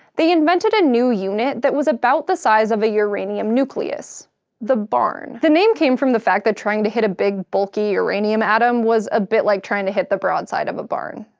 they invented a new unit that was about the size of a uranium nucleus the barn. the name came from the fact that trying to hit a big, bulky uranium atom was a bit like trying to hit the broadside of a barn,